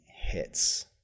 hits